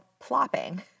plopping